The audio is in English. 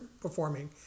performing